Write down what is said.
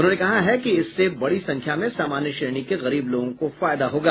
उन्होंने कहा है कि इससे बड़ी संख्या में सामान्य श्रेणी के गरीब लोगों को फायदा होगा